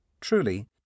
Truly